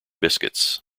biscuits